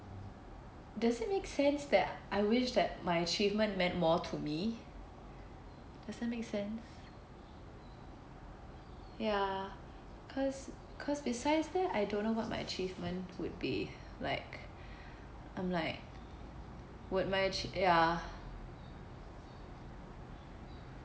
does it make sense that I wish that my achievement meant more to me does that make sense ya cause cause besides that I don't know what my achievement would be like I'm like would my achie~ ya